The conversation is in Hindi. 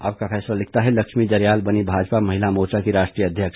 आपका फैसला लिखता है लक्ष्मी जरयाल बनी भाजपा महिला मोर्चा की राष्ट्रीय अध्यक्ष